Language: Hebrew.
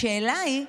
השאלה היא,